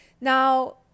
now